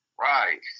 Right